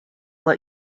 let